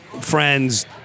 friends